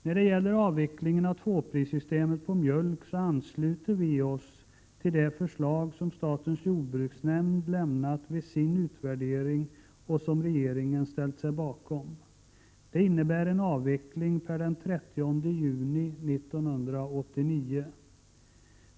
När det gäller avvecklingen av tvåprissystemet på mjölk ansluter vi oss till det förslag som statens jordbruksnämnd framlagt efter sin utvärdering och som regeringen ställt sig bakom. Det innebär en avveckling per den 30 juni 1989.